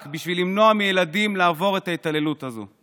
בשביל למנוע מילדים לעבור את ההתעללות הזו.